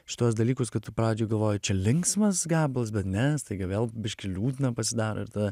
šituos dalykus kad tu pradžioj galvoji čia linksmas gabalas bet ne staiga vėl biškį liūdna pasidaro ir tada